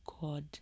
God